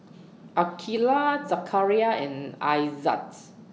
Aqilah Zakaria and Aizat's